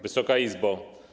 Wysoka Izbo!